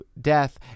death